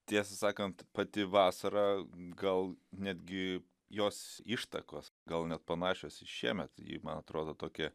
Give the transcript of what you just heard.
tiesą sakant pati vasara gal netgi jos ištakos gal net panašios į šiemet ji man atrodo tokia